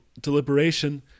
deliberation